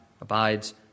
abides